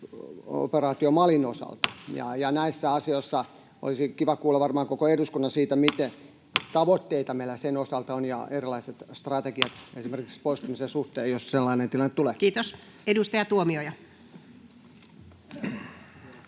koputtaa] Näissä asioissa olisi varmaan kiva kuulla koko eduskunnan siitä, mitä tavoitteita meillä sen osalta on, ja erilaiset strategiat esimerkiksi poistumisen suhteen, jos sellainen tilanne tulee. Kiitos. — Edustaja Tuomioja. Arvoisa